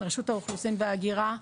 רשות האוכלוסין וההגירה,